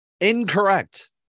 Incorrect